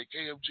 KMG